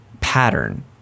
pattern